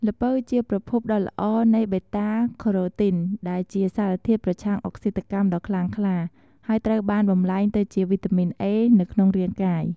ល្ពៅជាប្រភពដ៏ល្អនៃ Beta-Carotene ដែលជាសារធាតុប្រឆាំងអុកស៊ីតកម្មដ៏ខ្លាំងក្លា ហើយត្រូវបានបំលែងទៅជា វីតាមីន A នៅក្នុងរាងកាយ។